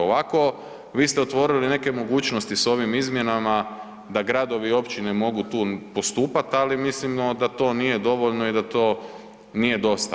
Ovako, vi ste otvorili neke mogućnosti s ovim izmjenama, da gradovi i općine mogu tu postupati, ali mislimo da to nije dovoljno i da to nije dosta.